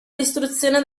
distruzione